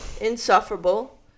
Insufferable